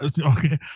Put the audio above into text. okay